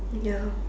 ya